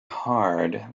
hard